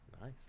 Nice